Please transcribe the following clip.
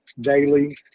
daily